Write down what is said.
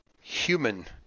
human